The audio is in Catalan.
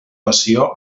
passió